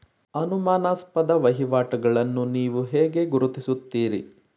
ಅನುಮಾನಾಸ್ಪದ ವಹಿವಾಟುಗಳನ್ನು ನೀವು ಹೇಗೆ ಗುರುತಿಸುತ್ತೀರಿ?